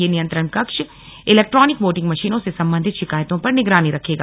यह नियंत्रण कक्ष इलेक्ट्रॉनिक वोटिंग मशीनों से संबंधित शिकायतों पर निगरानी रखेगा